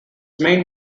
main